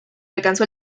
alcanzó